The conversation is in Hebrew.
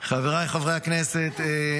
חבריי חברי הכנסת,